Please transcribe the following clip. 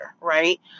right